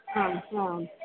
आम् आम्